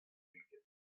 ugent